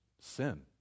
sin